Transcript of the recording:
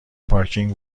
پارکینگ